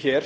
hér